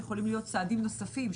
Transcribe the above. ויכולים להיות צעדים נוספים.